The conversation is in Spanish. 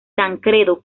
tancredo